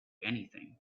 anything